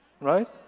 right